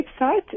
website